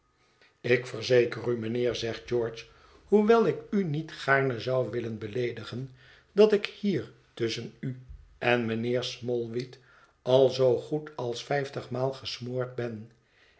ik verzeker u mijnheer zegt george hoewel ik u niet gaarne zou willen beleedigen dat ik hier tusschen u en mijnheer smallweed al zoo goed als vijftigmaal gesmoord ben